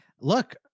look